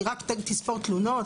היא רק תספור תלונות?